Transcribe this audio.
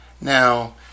Now